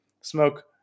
smoke